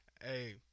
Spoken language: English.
Hey